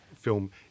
film